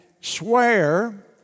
swear